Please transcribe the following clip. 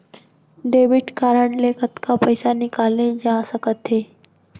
Debit card ले कतका पइसा निकाले जाथे सकत हे?